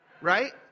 Right